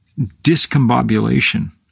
discombobulation